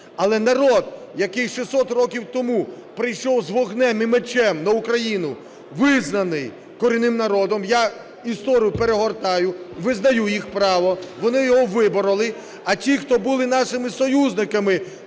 але народ, який 600 років тому прийшов з вогнем і мечем на Україну, визнаний корінним народом, я історію перегортаю, визнаю їх право, вони його вибороли; а ті, хто були нашими союзниками